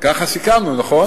ככה סיכמנו, נכון?